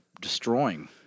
destroying